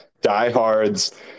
diehards